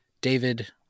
David